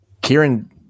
Kieran